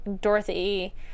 Dorothy